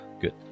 good